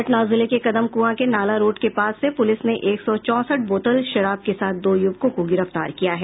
पटना जिले के कदमकुआं के नाला रोड के पास से पुलिस ने एक सौ चौंसठ बोतल शराब के साथ दो युवकों को गिरफ्तार किया है